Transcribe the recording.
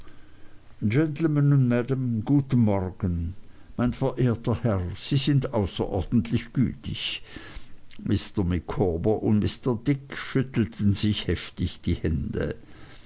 guten morgen mein verehrter herr sie sind außerordentlich gütig mr micawber und mr dick schüttelten sich heftig die hände